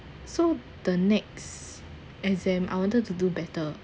so the next exam I wanted to do better